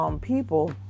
people